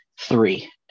three